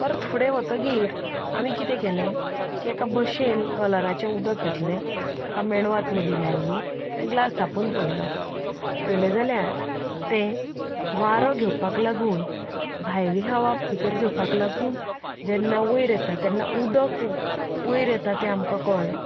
परत फुडें वतगीर आमी कितें केलें की एका भशेन कलराचें उदक घातलें ताका मेणवात मदीं लायली आनी ग्लास धांपून पयलो पयले जाल्यार तें वारो घेवपाक लागून भायली हवा भितर घेवपाक लागून जेन्ना वयर येता तेन्ना उदक वयर येता तें आमकां कळ्ळें